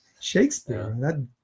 Shakespeare